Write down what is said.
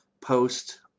post